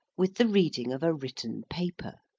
with the reading of a written paper.